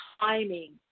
timing